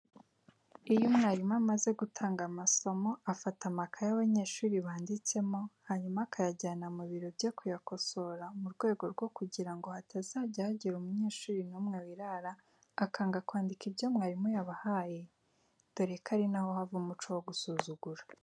Iyo umwarimu amaze gutanga amasomo afata amakayi abanyeshuri banditsemo hanyuma akayajyana mu biro bye kuyakosora mu rwego rwo kugira ngo hatazajya hagira umunyeshuri n'umwe wirara akanga kwandika ibyo mwarimu yabahaye, dore ko ari na ho hava umuco wo gusuzugura.